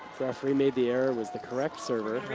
referee made the error, was the correct server.